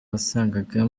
wasangaga